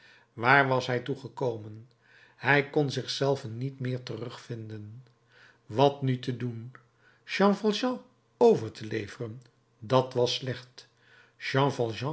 waar was hij toe gekomen hij kon zich zelven niet meer terugvinden wat nu te doen jean valjean over te leveren dat was slecht